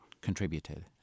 contributed